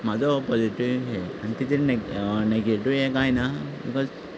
म्हजो हो पोझिटिव्ह हें आनी तिचेर नॅगिटिव्ह हें कांय ना